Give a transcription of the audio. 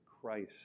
Christ